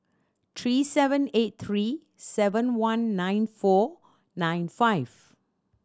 three seven eight three seven one nine four nine five